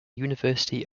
university